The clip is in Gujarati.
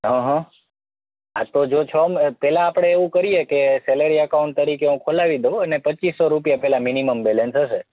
હં હં આ તો જો છ પહેલાં આપણે એવું કરીએ કે સેલરી અકાઉન્ટ તરીકે હું ખોલાવી દઉં અને પચીસસો રૂપિયા પહેલાં મિનિમમ બેલેન્સ હશે